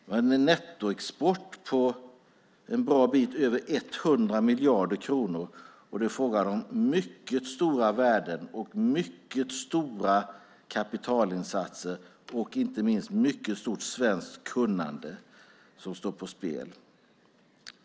Vi har en nettoexport på en bra bit över 100 miljarder kronor. Det är fråga om mycket stora värden och kapitalinsatser och mycket stort svenskt kunnande som står på spel.